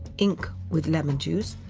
ink with lemon juice.